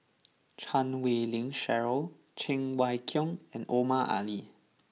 Chan Wei Ling Cheryl Cheng Wai Keung and Omar Ali